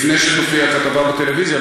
לפני שתופיע הכתבה בטלוויזיה,